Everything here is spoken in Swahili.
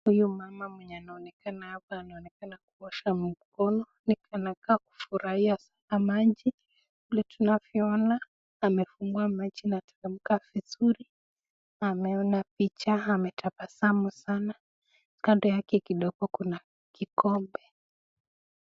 Huyu mama mwenye anaonekana hapa anaonekana kuosha mkono, anakaa kufurahia sana maji, vile tunavyoona amefungua maji na inateremka vizuri na ameona picha ametabasamu sana, kando yake kidogo kuna kikombe.